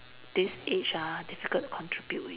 this age ah difficult to contribute already